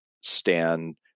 stand